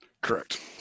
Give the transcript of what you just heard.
Correct